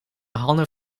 handen